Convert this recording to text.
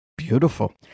beautiful